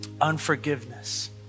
unforgiveness